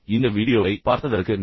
இந்த வீடியோவை பார்த்ததற்கு நன்றி